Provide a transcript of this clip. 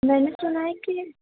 میں نے سُنا ہے کہ